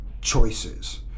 choices